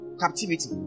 captivity